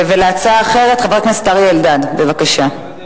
הצעה אחרת, חבר הכנסת אריה אלדד, בבקשה.